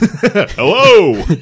Hello